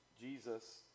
Jesus